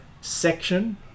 section